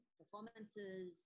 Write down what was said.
performances